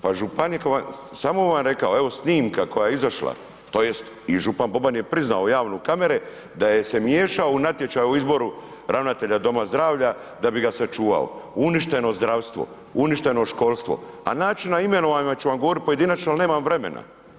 Pa županije, sad ... rekao, evo snimka koja je izašla, tj. i župan Boban je priznao javno u kamere da se miješao u natječaje o izboru ravnatelja doma zdravlja da bi ga sačuvao, uništeno zdravstvo, uništeno školstvo a način imenovanja ću vam govoriti pojedinačno ali nemam vremena.